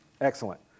Excellent